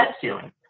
ceiling